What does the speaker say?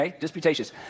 Disputatious